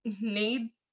need